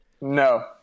No